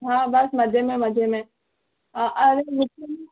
हा बसि मजे में मजे में अरे मूंखे न